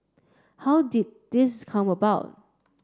how did this come about